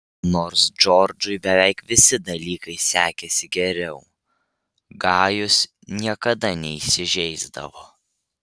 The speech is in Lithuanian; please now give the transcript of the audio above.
nors džordžui beveik visi dalykai sekėsi geriau gajus niekada neįsižeisdavo